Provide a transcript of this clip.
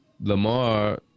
Lamar